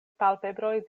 palpebroj